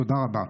תודה רבה.